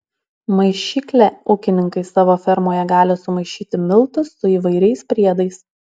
maišykle ūkininkai savo fermoje gali sumaišyti miltus su įvairiais priedais